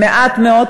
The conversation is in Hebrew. למה אי-אפשר?